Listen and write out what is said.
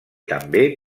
també